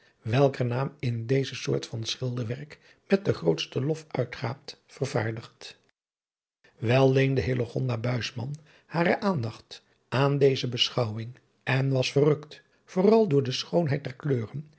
welker naam in deze soort van schilderwerk met den grootsten lof uitgaat vervaardigd wel leende hillegonda buisman hare aandacht aan deze beschouwing en was verrukt vooral door de schoonheid der kleuren